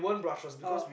oh